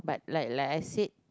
like like I say